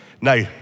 Now